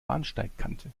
bahnsteigkante